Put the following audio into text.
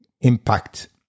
impact